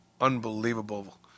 unbelievable